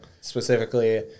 specifically